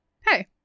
Hey